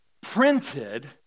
printed